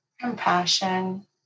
Compassion